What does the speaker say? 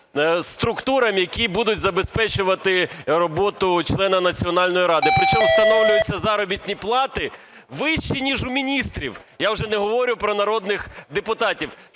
структурам, які будуть забезпечувати роботу членів Національної ради. При чому встановлюються заробітні плати вищі, ніж у міністрів, я вже не говорю про народних депутатів.